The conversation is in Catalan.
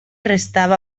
restava